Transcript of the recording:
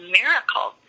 miracle